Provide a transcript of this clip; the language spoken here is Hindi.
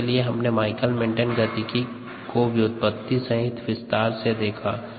इसके लिए हमने माइकलिस मेन्टेन गतिकी को व्युत्पत्ति सहित विस्तार से देखा